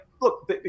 look